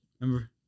Remember